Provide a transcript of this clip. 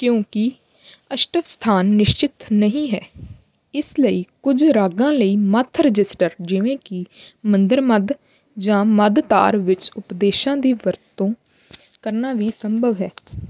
ਕਿਉਂਕਿ ਅਸ਼ਟਵ ਸਥਾਨ ਨਿਸ਼ਚਿਤ ਨਹੀਂ ਹੈ ਇਸ ਲਈ ਕੁਝ ਰਾਗਾਂ ਲਈ ਮੱਧ ਰਜਿਸਟਰ ਜਿਵੇਂ ਕਿ ਮੰਦ੍ਰ ਮੱਧ ਜਾਂ ਮੱਧ ਤਾਰ ਵਿੱਚ ਉਪਦੇਸ਼ਾਂ ਦੀ ਵਰਤੋਂ ਕਰਨਾ ਵੀ ਸੰਭਵ ਹੈ